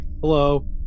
hello